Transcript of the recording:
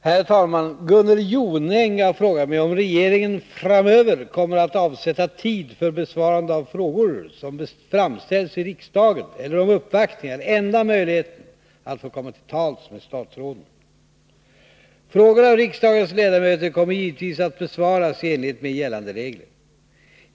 Herr talman! Gunnel Jonäng har frågat mig om regeringen framöver kommer att avsätta tid för besvarande av frågor som framställs i riksdagen eller om uppvaktningar är enda möjligheten att få komma till tals med statsråden. Frågor av riksdagens ledamöter kommer givetvis att besvaras i enlighet med gällande regler.